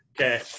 Okay